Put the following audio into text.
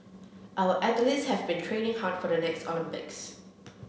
our athletes have been training hard for the next Olympics